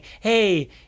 hey